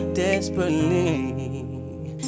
desperately